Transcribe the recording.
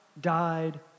died